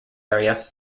area